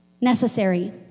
necessary